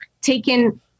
taken